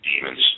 demons